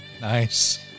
nice